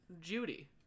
Judy